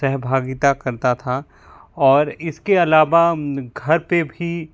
सहभागिता करता था और इसके आलावा घर पे भी